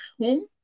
home